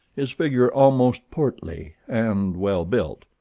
his figure almost portly and well-built,